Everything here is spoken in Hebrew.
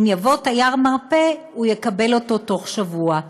אם יבוא תייר מרפא הוא יקבל אותו תוך שבוע.